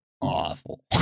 awful